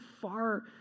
far